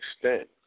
extent